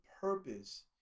purpose